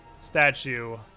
statue